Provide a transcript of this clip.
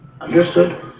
Understood